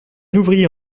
ouvrier